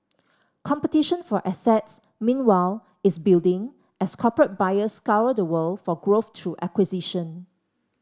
competition for assets meanwhile is building as corporate buyers scour the world for growth through acquisition